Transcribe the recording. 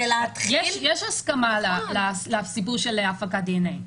להתחיל --- יש הסכמה לסיפור של הפקת דנ"א.